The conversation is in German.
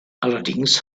allerdings